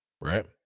Right